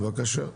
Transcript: בבקשה.